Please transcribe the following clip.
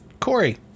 Corey